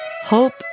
hope